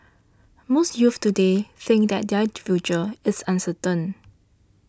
most youths today think that their future is uncertain